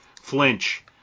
flinch